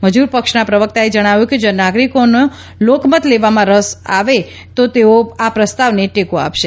મજૂર પક્ષના પ્રવકતાએ જજ્ઞાવ્યું કે જો નાગરિકોનો લોકમત લેવામાં આવે તો તેઓ આ પ્રસ્તાવને ટેકો આપશે